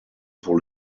pour